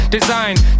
Designed